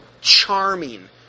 charming